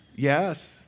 Yes